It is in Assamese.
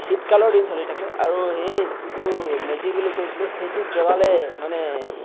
শীতকালৰ দিন চলি থাকে আৰু সেই যিটো মেজি বুলি কৈছিলোঁ সেইটোক জ্বলালে মানে